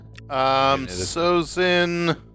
Sozin